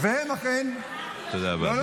לא,